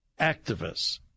activists